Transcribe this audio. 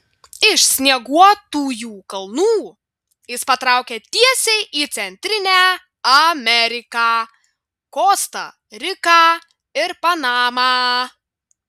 iš snieguotųjų kalnų jis patraukė tiesiai į centrinę ameriką kosta riką ir panamą